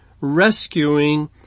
rescuing